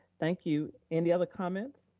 thank you. any other comments?